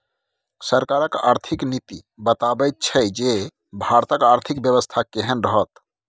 सरकारक आर्थिक नीति बताबैत छै जे भारतक आर्थिक बेबस्था केहन रहत